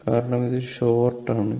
കാരണം ഇത് ഷോർട് ആണ്